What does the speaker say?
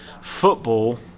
football